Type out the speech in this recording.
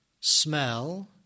smell